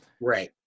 Right